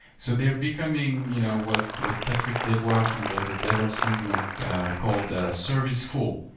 so they're becoming you know what what patrick debois from the devops movement called service full.